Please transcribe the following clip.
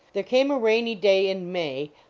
there came a rainy day in may,